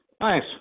Nice